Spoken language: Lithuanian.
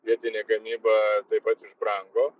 vietinė gamyba taip pat išbrango